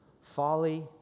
folly